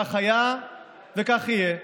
כך היה וכך יהיה.